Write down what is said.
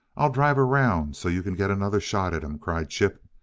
i'll drive around so you can get another shot at him, cried chip.